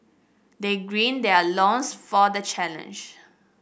they gird their loins for the challenge